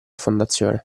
fondazione